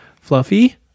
Fluffy